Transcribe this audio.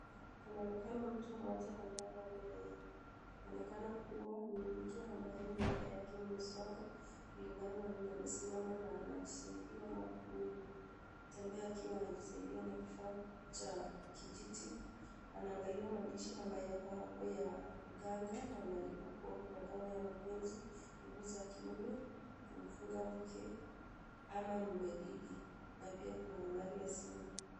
Panaonekana mtu mmoja ambaye ameonekana kuwa ni mtu ambaye miaka yake imesonga, kulingana na vile amesimama na anajisaidia na kutembea akiwa anajisaidia na kifaa cha kijiti. Anaangalia mandishi ambayo yako hapo ya uganga yameandikwa kuwa kuna dawa ya mapenzi, nguvu za kiume, kumfunga mke ama mme dhidi, na pia kuna nambari ya simu.